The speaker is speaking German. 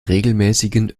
regelmäßigen